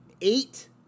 eight